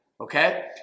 Okay